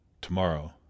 Tomorrow